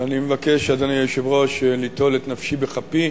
ואני מבקש, אדוני היושב-ראש, ליטול את נפשי בכפי,